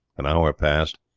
an hour passed,